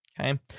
Okay